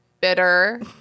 bitter